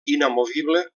inamovible